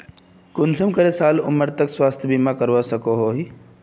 कुंसम करे साल उमर तक स्वास्थ्य बीमा करवा सकोहो ही?